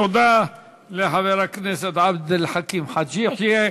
תודה לחבר הכנסת עבד אל חכים חאג' יחיא.